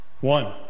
One